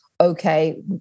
okay